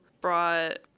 brought